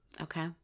Okay